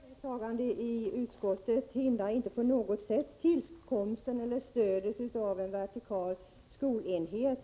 Herr talman! Vårt ställningstagande i utskottet hindrar inte på något sätt tillkomsten eller stödet av en vertikal skolenhet.